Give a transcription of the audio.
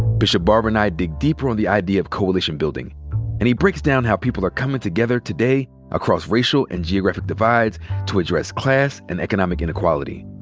bishop barber and i dig deeper on the idea of coalition building and he breaks down how people are coming together today across racial and geographic divides to address class and economic inequality.